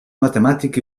matemàtic